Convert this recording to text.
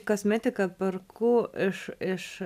kosmetiką perku iš iš